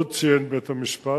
עוד ציין בית-המשפט,